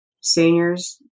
Seniors